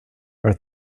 are